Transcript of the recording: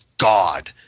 God